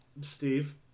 Steve